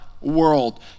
world